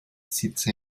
sitze